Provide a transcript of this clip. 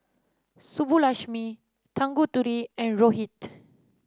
Subbulakshmi Tanguturi and Rohit